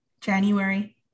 January